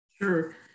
Sure